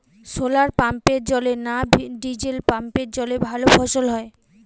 শোলার পাম্পের জলে না ডিজেল পাম্পের জলে ভালো ফসল হয়?